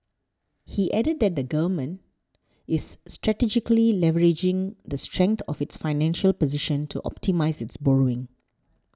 he added that the Government is strategically leveraging the strength of its financial position to optimise its borrowing